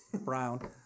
Brown